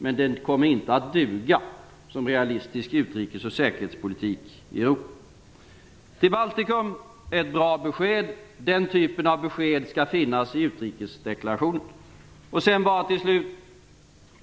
Men den kommer inte att duga som realistisk utrikes och säkerhetspolitik i Det gavs ett bra besked om Baltikum. Den typen av besked skall finnas i utrikesdeklarationen.